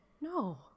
No